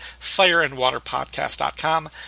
fireandwaterpodcast.com